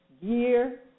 year